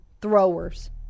throwers